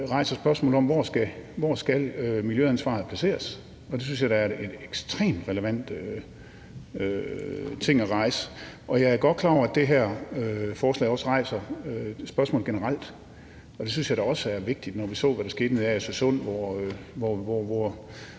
rejser spørgsmålet om, hvor miljøansvaret skal placeres. Det synes jeg da er en ekstremt relevant ting at rejse. Jeg er godt klar over, at det her forslag også rejser spørgsmålet generelt, og det synes jeg da også er vigtigt, når vi så, hvad der skete med Agersø Sund, hvor